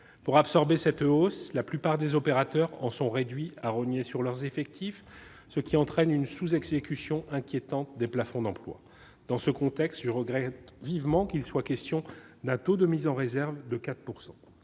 Pour absorber cette hausse, la plupart des opérateurs en sont réduits à rogner sur leurs effectifs, ce qui entraîne une sous-exécution inquiétante des plafonds d'emplois. Dans ce contexte, je regrette vivement qu'il soit question d'un taux de mise en réserve de 4 %.